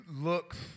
looks